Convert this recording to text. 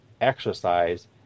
exercise